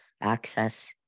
access